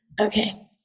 okay